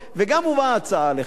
גם הובאה הצעה לכאן,